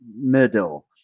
middle